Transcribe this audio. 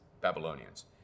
Babylonians